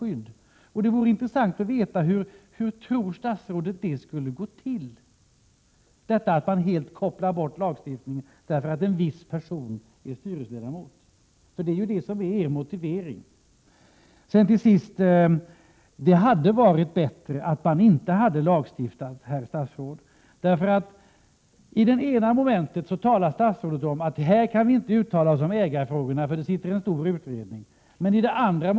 Det skulle vara intressant att få veta hur statsrådet tror att man helt skulle kunna koppla bort lagstiftningen bara därför att en viss person är styrelseledamot. Det är ju detta som är er motivering. Det hade varit bättre om man inte lagstiftat på detta område. Ena stunden säger statsrådet att vi inte kan uttala oss om ägarfrågorna, eftersom en stor utredning arbetar med dessa.